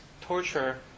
torture